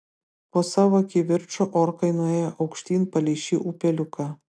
po savo kivirčo orkai nuėjo aukštyn palei šį upeliuką